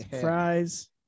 fries